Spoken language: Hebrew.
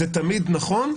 זה תמיד נכון.